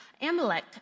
Amalek